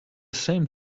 same